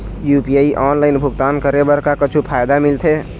UPI online भुगतान करे बर का कुछू फायदा मिलथे?